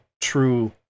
true